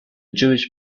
jewish